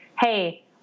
hey